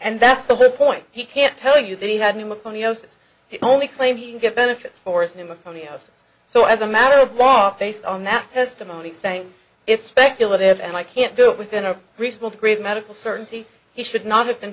and that's the whole point he can't tell you that he had the macone osis only claim he can get benefits for sonoma county houses so as a matter of law based on that testimony saying it's speculative and i can't do it within a reasonable degree of medical certainty he should not have been